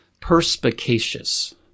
perspicacious